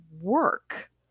work